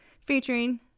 featuring